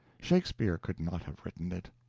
shakespeare could not have written it,